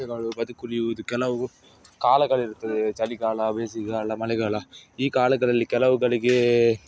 ಸಸ್ಯಗಳು ಬದುಕುಳಿಯುವುದು ಕೆಲವು ಕಾಲಗಳಿರುತ್ತವೆ ಚಲಿಗಾಲ ಬೇಸಿಗೆಗಾಲ ಮಳೆಗಾಲ ಈ ಕಾಲಗಳಲ್ಲಿ ಕೆಲವುಗಳಿಗೆ